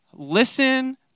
listen